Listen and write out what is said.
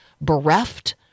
bereft